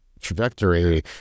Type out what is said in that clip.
trajectory